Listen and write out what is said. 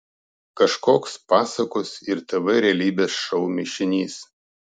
kažkoks pasakos ir tv realybės šou mišinys